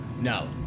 No